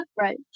Right